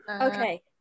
Okay